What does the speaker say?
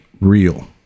real